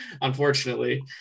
unfortunately